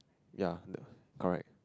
ya the correct